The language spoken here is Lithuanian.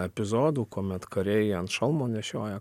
epizodų kuomet kariai ant šalmo nešioja